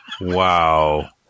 Wow